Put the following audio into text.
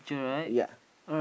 yea